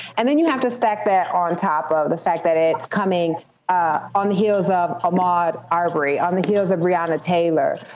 and then you have to stack that on top of the fact that it's coming ah on the heels of ahmaud arbery, on the heels of breonna taylor,